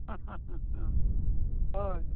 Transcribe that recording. हां हां हां हय